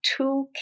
toolkit